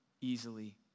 easily